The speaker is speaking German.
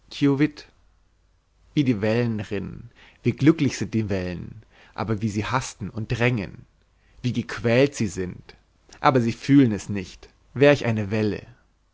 wie die wellen rinnen wie glücklich sind die wellen aber wie sie hasten und drängen wie gequält sie sind aber sie fühlen es nicht wär ich eine welle